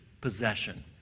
possession